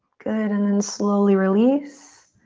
good and then slowly release.